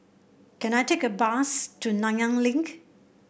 can I take a bus to Nanyang Link